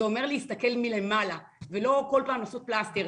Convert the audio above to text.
זה אומר להסתכל מלמעלה ולא כל פעם לשים פלסטר.